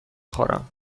خورم